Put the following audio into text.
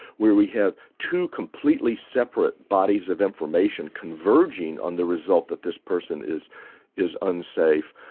where we have two completely separate bodies of information converging on the result that this person is is unsafe,